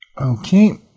Okay